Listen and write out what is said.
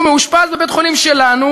הוא מאושפז בבית-חולים שלנו,